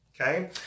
Okay